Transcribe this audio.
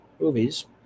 movies